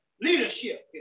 Leadership